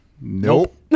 Nope